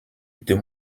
deux